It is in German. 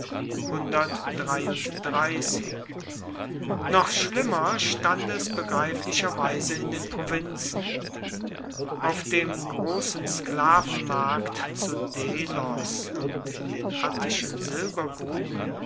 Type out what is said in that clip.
noch schlimmer stand es begreiflicherweise in den provinzen auf dem großen sklavenmarkt zu delos und in den attischen